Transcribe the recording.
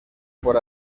por